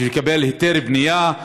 בשביל לקבל היתר בנייה.